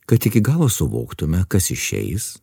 kad iki galo suvoktume kas išeis